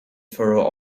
furrow